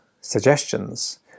suggestions